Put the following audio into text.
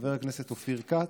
חבר הכנסת אופיר כץ,